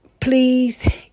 please